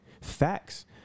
Facts